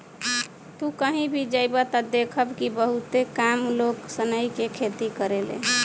तू कही भी जइब त देखब कि बहुते कम लोग सनई के खेती करेले